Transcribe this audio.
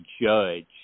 judge